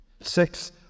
Six